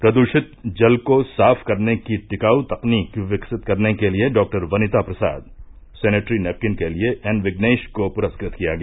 प्रदूषित जल को साफ करने की टिकाऊ तकनीक विकसित करने के लिए डॉ वनिता प्रसाद सेनेटरी नैपकिन के लिए एन विगनेश को प्रस्कृत किया गया